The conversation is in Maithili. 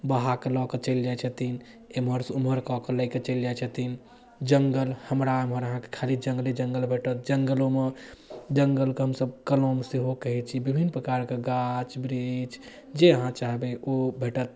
बहा कऽ लऽ कऽ चलि जाइ छथिन एम्हर सँ उम्हर कऽ कऽ लए कऽ चलि जाइ छथिन जङ्गल हमरा एम्हर अहाँके खाली जङ्गले जङ्गल भेटत जङ्गलोमे जङ्गलके हमसब कलम सेहो कहै छी बिभिन्न प्रकारक गाछ वृक्ष जे अहाँ चाहबै ओ भेटत